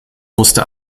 musste